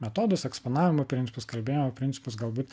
metodus eksponavimo principus kalbėjimo principus galbūt